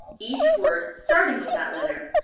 each word starting with that letter.